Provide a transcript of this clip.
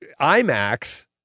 IMAX